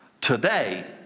Today